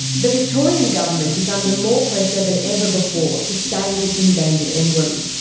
the victorian government is under more pressure than ever before to save its endangered emblem.